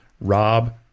Rob